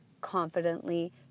confidently